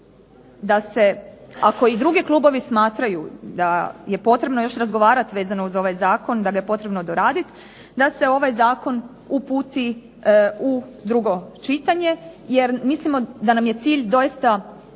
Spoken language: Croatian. vezano uz ovaj zakon, da ga je potrebno još razgovarati vezano uz ovaj zakon, da ga je potrebno doraditi, da se ovaj zakon uputi u drugo čitanje. Jer mislimo da nam je cilj doista